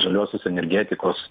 žaliosios energetikos